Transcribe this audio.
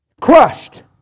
crushed